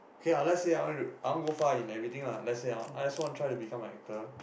K lah let's say I want to I want go far in everything lah let's say I want I just want try to become a actor